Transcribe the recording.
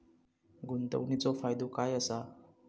गुंतवणीचो फायदो काय असा?